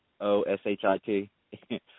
O-S-H-I-T